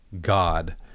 God